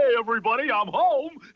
ah everybody! i'm home!